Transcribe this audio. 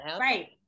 right